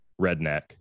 redneck